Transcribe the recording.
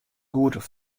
goed